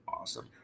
Awesome